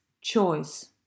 choice